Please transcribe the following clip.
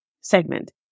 segment